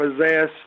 possess